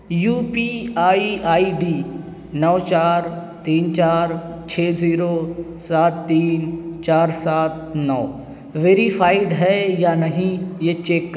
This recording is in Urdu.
you P I I D نو چار تین چار چھ زیرو سات تین چار سات نو ویریفائڈ ہے یا نہیں یہ چیک